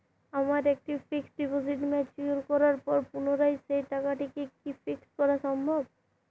আমার একটি fixed deposit mature করার পর পুনরায় সেই টাকাটিকে কি ফিক্সড করা সম্ভব?